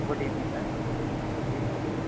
good evening ma'am ji بولیے